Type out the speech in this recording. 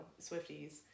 Swifties